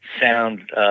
sound